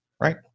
right